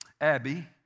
Abby